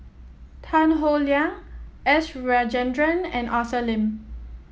Tan Howe Liang S Rajendran and Arthur Lim